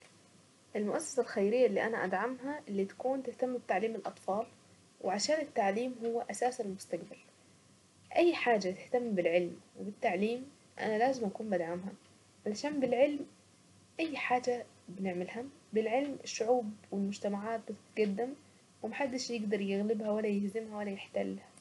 المؤسسة الخيرية اللي انا ادعمها اللي تكون تهتم بتعليم الاطفال وعشان التعليم هو اساس المستقبل اي حاجة تهتم بالعلم وبالتعليم انا لازم اكون بدعمهاا عشان بالعلم اي حاجة بنعملها بالعلم الشعوب والمجتمعات بتتقدم وما حدش يقدر يغلبها ولا يلزمها ولا يحتلها.